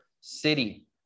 city